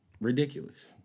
Ridiculous